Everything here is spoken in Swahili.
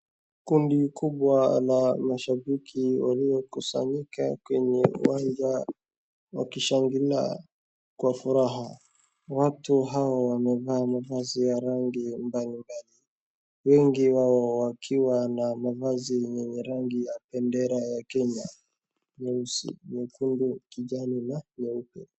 Kundi kubwa la mashabiki waliokusanyika kwenye uwanja wakishangila kwa furaha. Watu hawa wamevaa mavazi ya rangi mbalimbali, wengi wao wakiwa na mavazi yenye rangi ya bendera ya Kenya, meusi, mekundu, kijani na meupe.